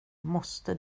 måste